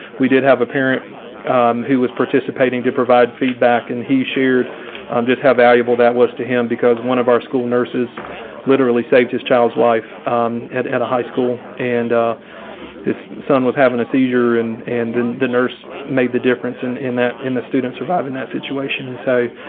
we did have a parent who was participating to provide feedback and he shared um just how valuable that was to him because one of our school nurses literally saved his child's life at at a high school and this son was having a seizure and the the nurse made the difference in in that in the students survive in that situation. and so